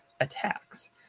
attacks